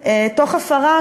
תוך הפרה,